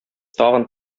тагын